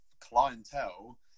clientele